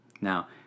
Now